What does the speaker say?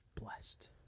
Blessed